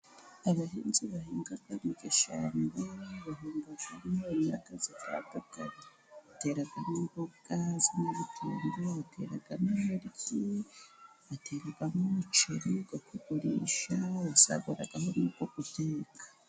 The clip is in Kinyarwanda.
Abahinzi bahinga mu gishanga, bahingamo imyaka itandukanye, bateramo imboga z'inyabutongo, bateramo intoryi, bateramo umuceri wo kugurisha, basaguraho n'ubwo guteka.